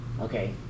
Okay